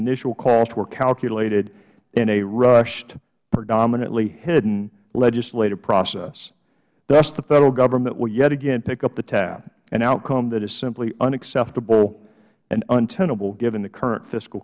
initial costs were calculated in a rushed predominantly hidden legislative process thus the federal government will yet again pick up the tab an outcome that is simply unacceptable and untenable given the current fiscal